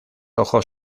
ojos